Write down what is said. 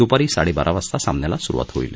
दुपारी साडे बारा वाजता सामन्याला सुरुवात होईल